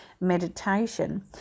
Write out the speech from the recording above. meditation